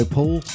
Paul